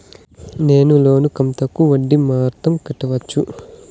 నేను లోను కంతుకు వడ్డీ మాత్రం కట్టొచ్చా?